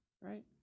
Right